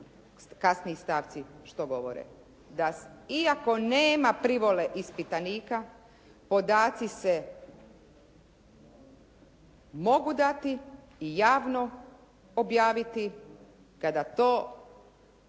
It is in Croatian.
kasniji stavci što govore, da iako nema privole ispitanika podaci se mogu dati i javno objaviti kada se